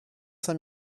cinq